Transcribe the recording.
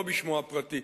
או בשמו הפרטי,